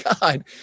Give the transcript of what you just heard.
God